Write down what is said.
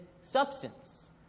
substance